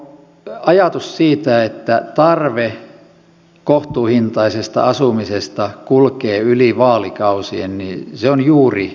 tuo ajatus siitä että tarve kohtuuhintaiselle asumiselle kulkee yli vaalikausien se on juuri näin